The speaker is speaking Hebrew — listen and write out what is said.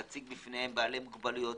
להציג בפניהם בעלי מוגבלויות,